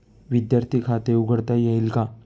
विद्यार्थी खाते उघडता येईल का?